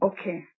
okay